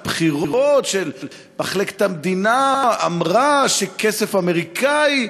הבחירות; מחלקת המדינה אמרה שכסף אמריקני,